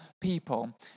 people